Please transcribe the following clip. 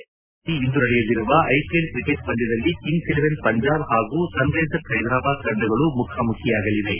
ಬಿಂದ್ರಾ ಕ್ರೀಡಾಂಗಣದಲ್ಲಿ ಇಂದು ನಡೆಯಲಿರುವ ಐಪಿಎಲ್ ಕ್ರಿಕೆಟ್ ಪಂದ್ಯಾದಲ್ಲಿ ಕಿಂಗ್ಲೆ ಇಲೆವನ್ ಪಂಜಾಬ್ ಹಾಗೂ ಸನ್ರೈಸರ್ಲ್ ಹೈದ್ರಾಬಾದ್ ತಂಡಗಳು ಮುಖಾಮುಖಿಯಾಗಲಿವೆ